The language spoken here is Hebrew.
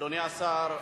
אדוני השר,